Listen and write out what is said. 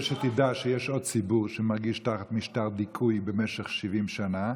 שתדע שיש עוד ציבור שמרגיש תחת משטר דיכוי במשך 70 שנה,